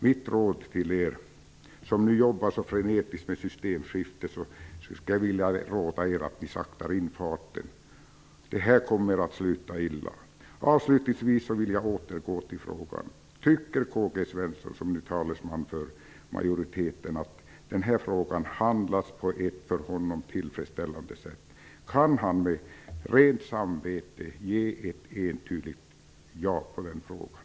Mitt råd till er som nu jobbar så frenetiskt med systemskifte är att ni saktar in farten. Detta kommer att sluta illa. Jag vill avslutningsvis återgå till min fråga. Tycker Karl-Gösta Svenson, som är talesman för majoriteten, att denna fråga handlagts på ett för honom tillfredsställande sätt? Kan han med rent samvete svara ett entydigt ja på den frågan?